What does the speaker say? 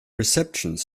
reception